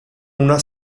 una